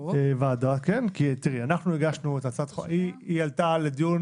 תראי, הצעת החוק עלתה לדיון